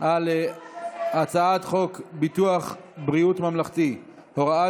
על הצעת חוק ביטוח בריאות ממלכתי (הוראת